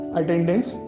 attendance